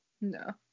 No